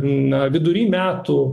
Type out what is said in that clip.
na vidury metų